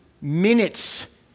minutes